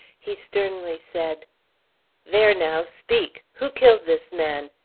he sternly said there now! speak! who killed this man?